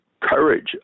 courage